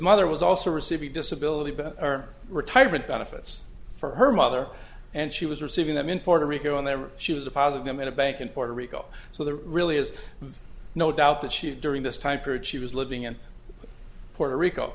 mother was also receiving disability but retirement benefits for her mother and she was receiving them in puerto rico and there she was a positive in a bank in puerto rico so there really is no doubt that she during this time period she was living in puerto rico